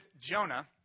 Jonah